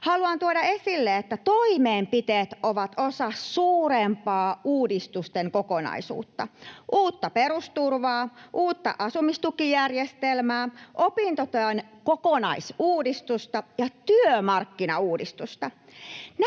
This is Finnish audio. Haluan tuoda esille, että toimenpiteet ovat osa suurempaa uudistusten kokonaisuutta: uutta perusturvaa, uutta asumistukijärjestelmää, opintuen kokonaisuudistusta ja työmarkkinauudistusta.